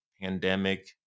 pandemic